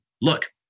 look